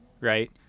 Right